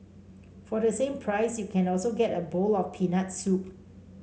for the same price you can also get a bowl of peanut soup